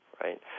right